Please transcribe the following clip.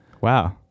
Wow